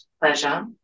pleasure